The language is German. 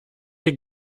hier